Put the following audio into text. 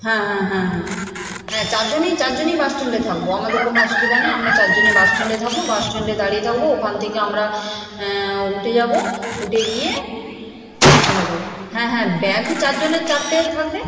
হ্যাঁ হ্যাঁ হ্যাঁ হ্যাঁ হ্যাঁ চারজনেই চারজনেই বাস স্ট্যান্ডে থাকব আমাদের কোনো অসুবিধা নেই আমরা চারজনই বাস স্ট্যান্ডে থাকব বাস স্ট্যান্ডে দাঁড়িয়ে থাকব ওখান থেকে আমরা উঠে যাব উঠে গিয়ে আমরা যাব হ্যাঁ হ্যাঁ ব্যাগ চারজনের চারটে থাকবে